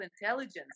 intelligence